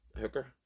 hooker